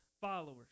followers